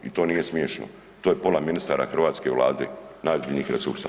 I to nije smiješno, to je pola ministara hrvatske Vlade nađenih resursa.